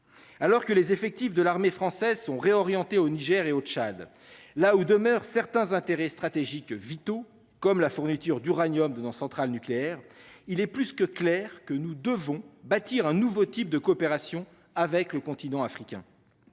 Alors que les effectifs de l'armée française sont réorientés au Niger et au Tchad là où demeure certains intérêts stratégiques vitaux comme la fourniture d'uranium de nos centrales nucléaires. Il est plus que clair que nous devons bâtir un nouveau type de coopération avec le continent africain.